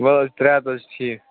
ولہٕ حظ ترٛےٚ ہَتھ حظ چھِ ٹھیٖک